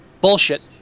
Bullshit